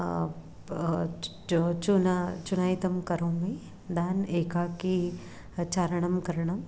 चो चून चुनयितं करोमि दान् एकाकी चारणं करणम्